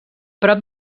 prop